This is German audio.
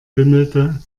bimmelte